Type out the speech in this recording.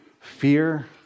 fear